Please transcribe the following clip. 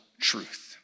truth